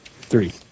three